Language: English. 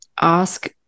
Ask